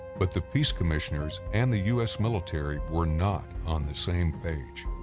but the peace commissioners and the u s. military were not on the same page.